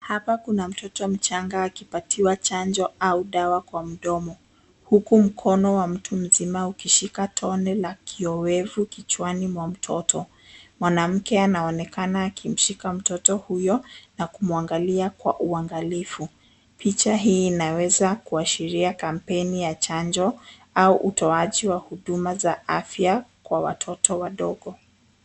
Hapa kuna mtoto mchanga akipatiwa chanjo au dawa kwa mdomo huku mkono wa mtu mzima ukishika tone la kioevu kichwani mwa mtoto. Mwanamke anaonekana akimshika mtoto huyo na kumwangalia kwa uangalifu. Picha hii inaweza kuashiria kampeni ya chanjo au utoaji wa huduma za afya kwa watoto wadogo.